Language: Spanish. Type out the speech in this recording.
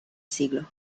siglo